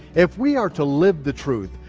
if we are to live the truth,